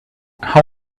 how